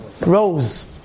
Rose